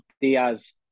Diaz